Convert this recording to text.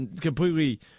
completely